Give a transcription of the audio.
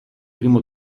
primo